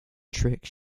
trick